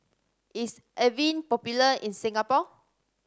is Avene popular in Singapore